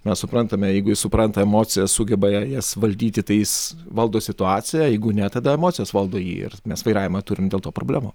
mes suprantame jeigu jis supranta emocijas sugeba jas valdyti tai jis valdo situaciją jeigu ne tada emocijos valdo jį ir mes vairavimą turim dėl to problemų